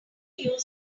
use